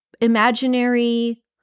imaginary